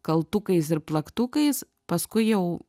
kaltukais ir plaktukais paskui jau